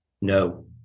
No